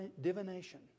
divination